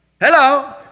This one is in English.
Hello